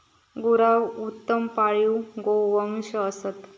गुरा उत्तम पाळीव गोवंश असत